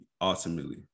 ultimately